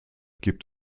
gibt